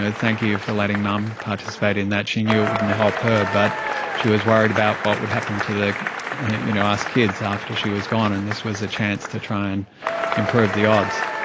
ah thank you for letting mum participate in that, she knew it wouldn't help her but she was worried about what would happen to you know us kids after she was gone and this was a chance to try and improve the odds.